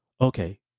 okay